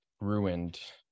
ruined